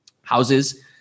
houses